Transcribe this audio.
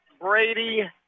Brady